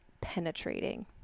penetrating